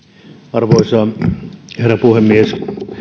arvoisa herra puhemies